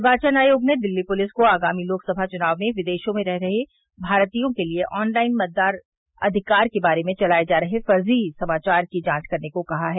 निर्वाचन आयोग ने दिल्ली पुलिस को आगामी लोकसभा चुनाव में विदेशों में रह रहे भारतीयों के लिए ऑनलाईन मतदान अधिकार के बारे में चलाये जा रहे फर्जी समाचार की जांच करने को कहा है